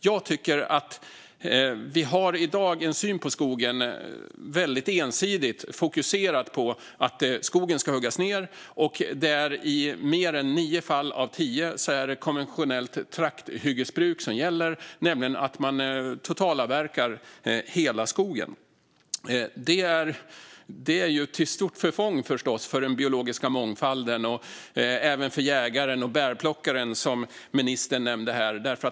Jag tycker att vi i dag har en syn på skogen som är väldigt ensidigt fokuserad på att skogen ska huggas ned. I mer än nio fall av tio är det konventionellt trakthyggesbruk som gäller, det vill säga att man totalavverkar hela skogen. Det är förstås till stort förfång för den biologiska mångfalden och även för jägaren och bärplockaren, som ministern nämnde här.